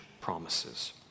promises